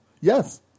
Yes